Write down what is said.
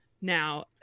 Now